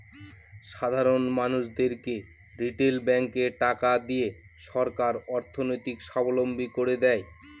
সাধারন মানুষদেরকে রিটেল ব্যাঙ্কে টাকা দিয়ে সরকার অর্থনৈতিক সাবলম্বী করে দেয়